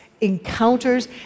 encounters